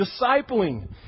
discipling